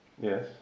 Yes